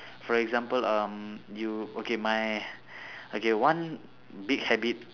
for example um you okay my okay one big habit